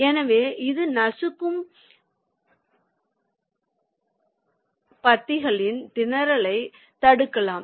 எனவே அது நசுக்கும் பத்திகளின் திணறலைத் தடுக்கலாம்